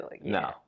No